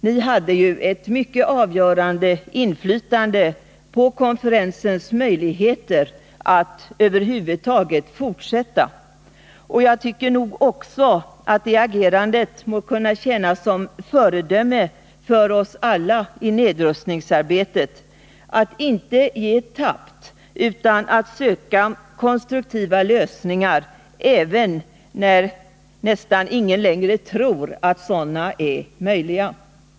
Ni hade ju ett mycket avgörande inflytande på konferensens möjligheter att över huvud taget fortsätta. Jag tycker också att det agerandet må kunna tjäna som ett föredöme för oss alla i nedrustningsarbetet: att inte ge tappt, utan att söka konstruktiva lösningar även när nästan ingen längre tror att sådana är möjliga.